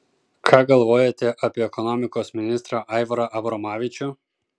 ką galvojate apie ekonomikos ministrą aivarą abromavičių